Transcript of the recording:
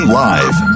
live